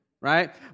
Right